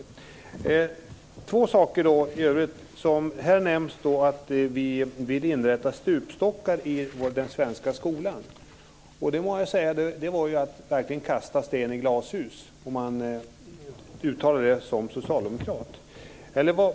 Jag vill ta upp två saker i övrigt. Här nämns då att vi vill inrätta stupstockar i den svenska skolan. Det må jag säga: Det var verkligen att kasta sten i glashus, om man uttalar det som socialdemokrat!